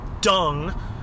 dung